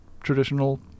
traditional